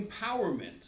empowerment